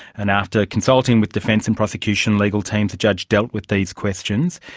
and after consulting with defence and prosecution legal teams the judge dealt with these questions.